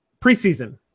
Preseason